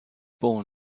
born